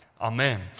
Amen